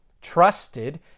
trusted